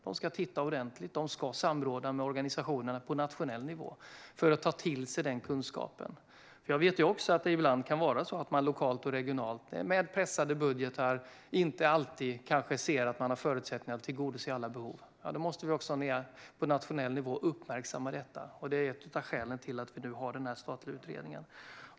Den ska titta ordentligt på detta, och den ska samråda med organisationerna på nationell nivå för att ta till sig den kunskapen. Jag vet också att det ibland kan vara så att man lokalt och regionalt, med pressade budgetar, kanske inte alltid ser att man har förutsättningar att tillgodose alla behov. Därför måste vi också på nationell nivå uppmärksamma detta, och det är ett av skälen till att vi nu har den här statliga utredningen.